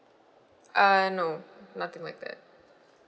uh no nothing like that